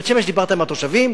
בבית-שמש דיברת עם התושבים.